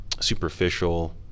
superficial